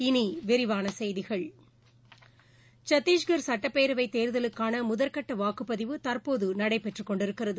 இனி விரிவான செய்திகள் சத்திஷ்க் சட்டப்பேரவைத் தேர்தலுக்கான முதற்கட்ட வாக்குப்பதிவு தற்போது நடைபெற்று கொண்டிருக்கிறது